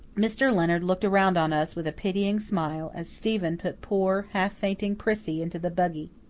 mr. leonard looked around on us with a pitying smile as stephen put poor, half-fainting prissy into the buggy.